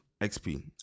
XP